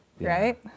right